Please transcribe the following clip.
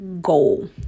goal